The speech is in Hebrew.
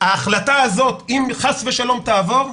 ההחלטה הזו, אם חס ושלום תעבור,